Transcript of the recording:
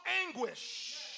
anguish